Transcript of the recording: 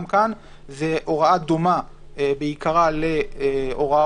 גם כאן זו הוראה דומה בעיקרה להוראות